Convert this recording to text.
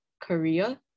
career